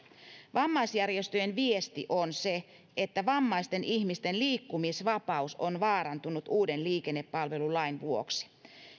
vammaisjärjestöjen viesti on se että vammaisten ihmisten liikkumisvapaus on vaarantunut uuden liikennepalvelulain vuoksi